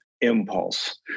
impulse